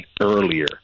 earlier